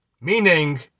meaning